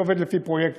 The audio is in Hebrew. אני עובד לפי פרויקטים.